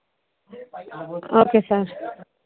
okay sir